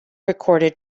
recorded